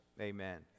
Amen